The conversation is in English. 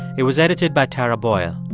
it was edited by tara boyle.